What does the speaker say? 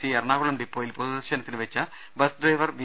C Ernakulam ഡിപ്പോയിൽ പൊതുദർശനത്തിന് വെച്ച ബസ് ഡ്രൈവർ വി